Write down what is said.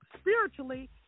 spiritually